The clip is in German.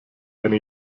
eine